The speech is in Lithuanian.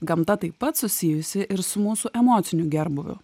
gamta taip pat susijusi ir su mūsų emociniu gerbūviu